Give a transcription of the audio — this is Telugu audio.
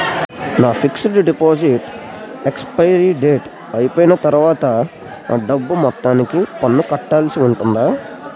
నా ఫిక్సడ్ డెపోసిట్ ఎక్సపైరి డేట్ అయిపోయిన తర్వాత అ డబ్బు మొత్తానికి పన్ను కట్టాల్సి ఉంటుందా?